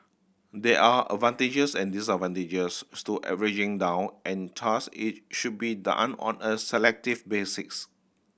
there are advantages and disadvantages to averaging down and thus it should be done on a selective basics